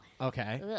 Okay